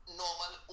normal